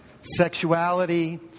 sexuality